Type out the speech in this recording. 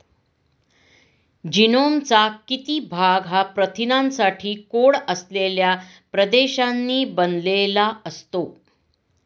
जीनोमचा किती भाग हा प्रथिनांसाठी कोड असलेल्या प्रदेशांनी बनलेला असतो?